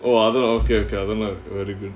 அதுவா:athuvaa okay okay அதுவா:athuvaa okay very good